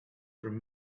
from